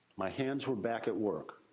my hands were back at work.